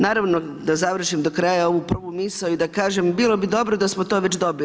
Naravno da završim do kraja ovu prvu misao i da kažem, bilo bi dobro da smo to već dobili.